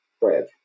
bread